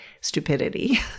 stupidity